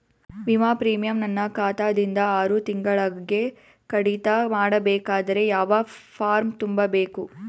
ವಿಮಾ ಪ್ರೀಮಿಯಂ ನನ್ನ ಖಾತಾ ದಿಂದ ಆರು ತಿಂಗಳಗೆ ಕಡಿತ ಮಾಡಬೇಕಾದರೆ ಯಾವ ಫಾರಂ ತುಂಬಬೇಕು?